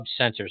Sensors